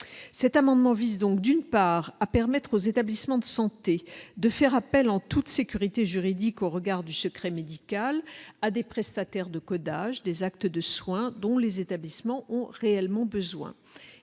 cet amendement vise donc d'une part à permettre aux établissements de santé, de faire appel en toute sécurité juridique au regard du secret médical, à des prestataires de codage des actes de soins dont les établissements ont réellement besoin